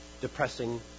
depressing